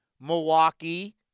Milwaukee